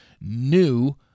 new